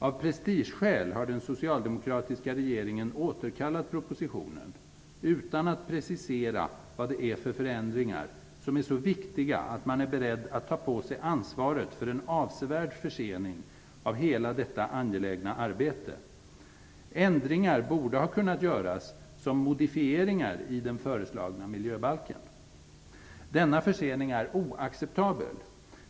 Av prestigeskäl har den socialdemokratiska regeringen återkallat propositionen, utan att precisera vad det är för förändringar som är så viktiga att man är beredd att ta på sig ansvaret för en avsevärd försening av hela detta angelägna arbete. Ändringar borde ha kunnat göras som modifieringar i den föreslagna miljöbalken. Denna försening är oacceptabel.